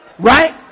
Right